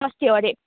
पस्थ्यो अरे